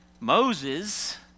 Moses